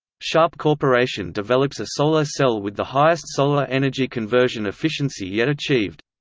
sharp corporation develops a solar cell with the highest solar energy conversion efficiency yet achieved.